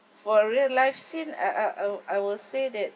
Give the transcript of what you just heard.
for real-life scene uh uh I'll I will say that